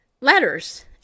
letters